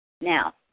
Now